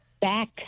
back